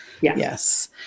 Yes